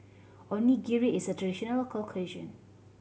onigiri is a traditional local cuisine